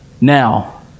Now